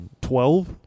Twelve